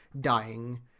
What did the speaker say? dying